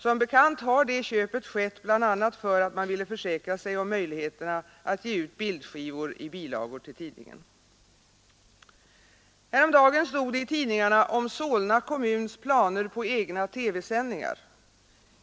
Som bekant har detta köp skett bl.a. för att man ville försäkra sig om möjligheterna att ge ut bildskivor i bilagor till tidningarna. Häromdagen stod det i tidningarna om Solna kommuns planer på egna TV-sändningar.